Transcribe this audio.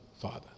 Father